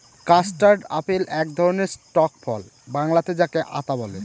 custard apple এক ধরনের টক ফল বাংলাতে যাকে আঁতা বলে